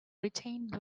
retained